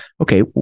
Okay